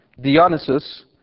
Dionysus